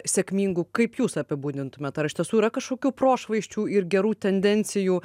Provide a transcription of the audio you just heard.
sėkmingų kaip jūs apibūdintumėt ar iš tiesų yra kažkokių prošvaisčių ir gerų tendencijų